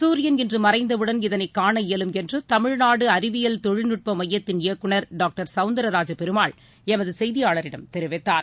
குரியன் இன்றுமறைந்தவுடன் இதனைக் காண இயலும் என்றுதமிழ்நாடுஅறிவியல் தொழில்நுட்பமையத்தின் இயக்குநர் டாக்டர் சவுந்தரராஜ பெருமாள் எமதுசெய்தியாளரிடம் தெரிவித்தார்